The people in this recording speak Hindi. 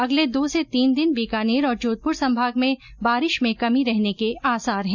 अगले दो से तीन दिन बीकानेर और जोधपुर संभाग में बारिश में कमी रहने के आसार हैं